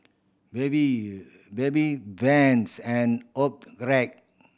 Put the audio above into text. Bebe Bebe Vans and Optrex